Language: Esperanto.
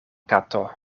kato